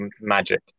magic